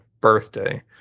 birthday